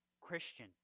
Christian